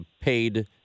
paid